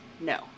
No